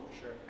sure